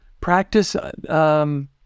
practice—